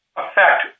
affect